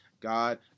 God